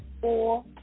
Four